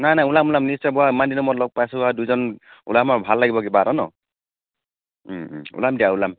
নাই নাই ওলাম ওলাম নিশ্চয় ওৱা ইমান দিনৰ মূৰত লগ পাইছোঁ আৰু দুয়োজন ওলাম আৰু ভাল লাগিব কিবা এটা ন' ও ও ওলাম দিয়া ওলাম